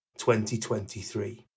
2023